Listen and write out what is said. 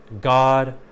God